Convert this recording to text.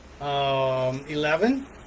eleven